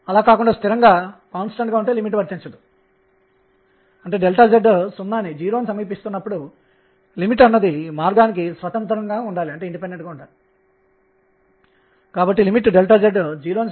ఇక్కడ nr అనేది 0 1 మరియు మొదలైనవి గా ఉంటుంది ఇవే క్వాంటం నిబంధనలు